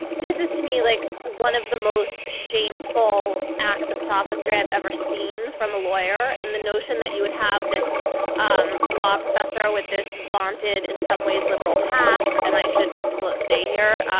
this is to me like one of the most shameful acts of sophistry i've ever seen from a lawyer and the notion that you would have this um law professor with this vaunted in some ways liberal past and i should disclose say here,